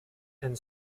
and